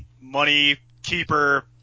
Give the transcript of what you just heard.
money-keeper